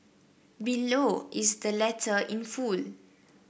below is the letter in full